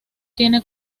tiene